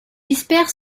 espère